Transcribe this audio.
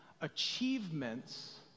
achievements